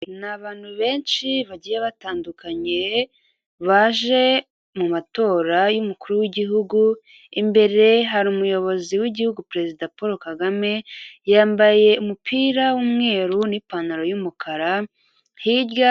Ni abantu benshi bagiye batandukanye baje mu matora y'umukuru w'igihugu, imbere hari umuyobozi w'igihugu perezida Paul KAGAME, yambaye umupira w'umweru n'ipantaro y'umukara hirya.